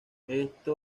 esto